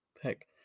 Heck